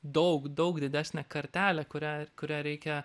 daug daug didesnė kartelė kurią kurią reikia